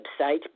website